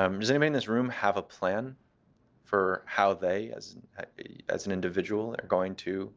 um does anybody in this room have a plan for how they as as an individual are going to